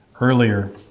earlier